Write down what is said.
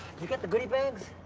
you get the goody bags?